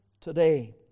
today